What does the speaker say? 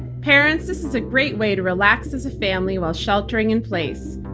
parents, this is a great way to relax as a family while sheltering in place.